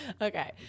okay